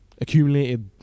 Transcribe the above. accumulated